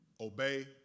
obey